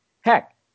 Heck